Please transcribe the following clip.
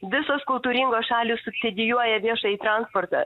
visos kultūringos šalys subsidijuoja viešąjį transportą